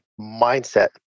mindset